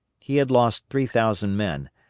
he had lost three thousand men,